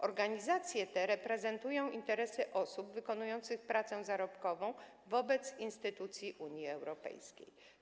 Organizacje te reprezentują interesy osób wykonujących pracę zarobkową wobec instytucji Unii Europejskiej.